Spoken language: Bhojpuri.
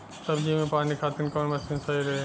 सब्जी में पानी खातिन कवन मशीन सही रही?